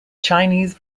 chinese